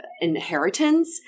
inheritance